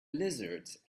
lizards